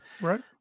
Right